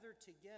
together